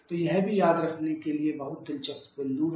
तो यह भी याद रखने के लिए बहुत दिलचस्प बिंदु है